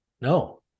No